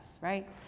right